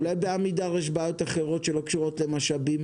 אולי בעמידר יש בעיות אחרות שלא קשורות למשאבים?